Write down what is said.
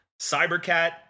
Cybercat